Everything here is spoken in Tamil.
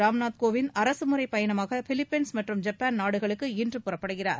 ராம்நூத் கோவிந்த் அரசுமுறைப் பயணமாக பிலிப்பைன்ஸ் மற்றும் ஜப்பான் நாடுகளுக்கு இன்று புறப்படுகிறார்